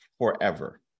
forever